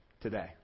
today